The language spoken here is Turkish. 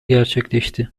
gerçekleşti